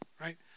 Right